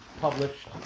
published